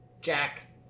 Jack